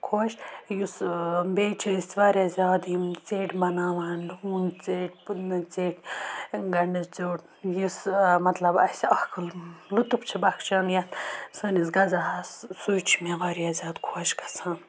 خۄش یُس بیٚیہِ چھِ أسۍ واریاہ زیادٕ یِم ژیٹ بَناوان ڈوٗنۍ ژیٹ پٔدنہٕ ژیٹ گنٛڈٕ ژیوٹ یُس مطلب اَسہِ اَکھ لُطُف چھُ بخچان یَتھ سٲنِس غزاہَس سُے چھُ مےٚ واریاہ زیادٕ خۄش گژھان